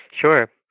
Sure